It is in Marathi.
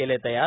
केले तयार